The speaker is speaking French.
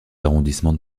arrondissements